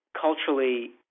culturally